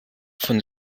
von